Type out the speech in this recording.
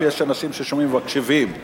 יש אנשים ששומעים ומקשיבים,